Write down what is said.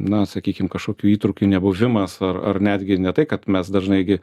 na sakykim kažkokių įtrūkių nebuvimas ar ar netgi ne tai kad mes dažnai gi